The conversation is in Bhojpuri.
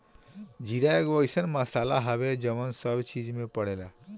जीरा एगो अइसन मसाला हवे जवन सब चीज में पड़ेला